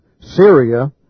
Syria